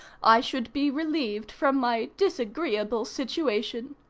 i should be relieved from my disagreeable situation.